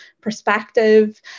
perspective